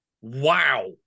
Wow